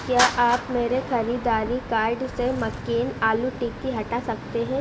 क्या आप मेरे ख़रीददारी कार्ड से मक्केन आलू टिक्की हटा सकते हैं